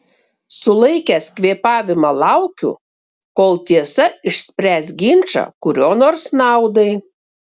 sulaikęs kvėpavimą laukiu kol tiesa išspręs ginčą kurio nors naudai